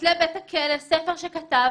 מכותלי בית הכלא ספר שכתב